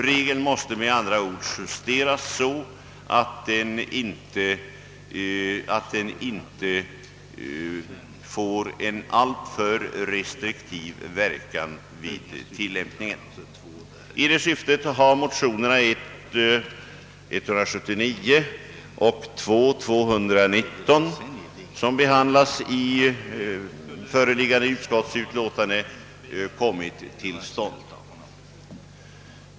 Regeln måste med andra ord justeras så, att den inte får en alltför restriktiv verkan vid tillämpningen. I det syftet har motionerna I: 179 och II: 219, som behandlas i föreliggande utskottsutlåtande, kommit till stånd.